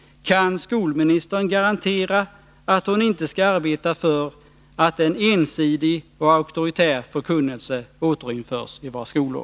Kan skolministern garantera att hon inte skall arbeta för att en ensidig och auktoritär förkunnelse återinförs i våra skolor?